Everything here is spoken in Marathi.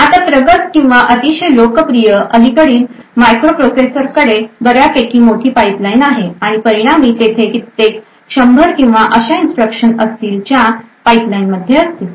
आता प्रगत किंवा अतिशय लोकप्रिय अलीकडील मायक्रोप्रोसेसरकडे बर्यापैकी मोठी पाइपलाइन आहे आणि परिणामी तेथे कित्येक शंभर किंवा अशा इन्स्ट्रक्शन असतील ज्या पाइपलाइनमध्ये असतील